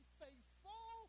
faithful